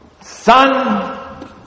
son